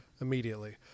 Immediately